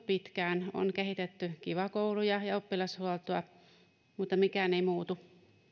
pitkään on kehitetty kiva kouluja ja oppilashuoltoa mutta mikään ei muutu